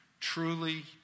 truly